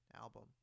album